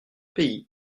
pays